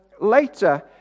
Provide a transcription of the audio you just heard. later